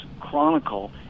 chronicle